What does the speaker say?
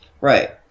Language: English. Right